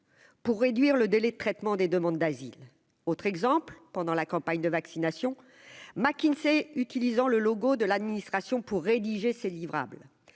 pour réduire le délai de traitement des demandes d'asile autre exemple pendant la campagne de vaccination McKinsey utilisant le logo de l'administration pour rédiger ses livrables